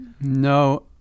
no